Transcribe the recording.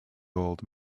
old